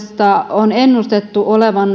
on ennustettu olevan